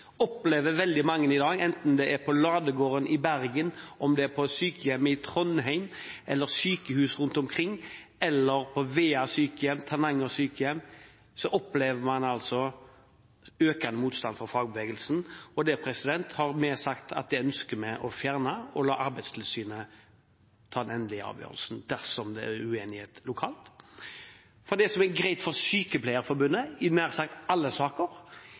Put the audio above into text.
opplever veldig mange i dag, enten det er på Ladegården i Bergen, om det er på sykehjem i Trondheim eller sykehus rundt omkring eller på Vea eller Tananger sykehjem, en økende motstand fra fagbevegelsen. Det har regjeringen, Høyre og Fremskrittspartiet, sagt at vi ønsker å fjerne og la Arbeidstilsynet ta den endelige avgjørelsen dersom det er uenighet lokalt. For det som er greit for Sykepleierforbundet i nær sagt alle saker,